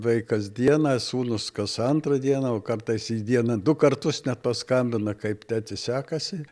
vaikas dieną sūnus kas antrą dieną o kartais į dieną du kartus net paskambina kaip tėti sekasi